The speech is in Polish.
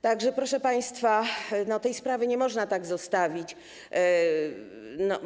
Tak że, proszę państwa, tej sprawy nie można tak zostawić.